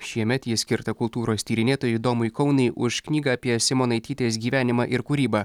šiemet ji skirta kultūros tyrinėtojui domui kaunui už knygą apie simonaitytės gyvenimą ir kūrybą